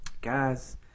guys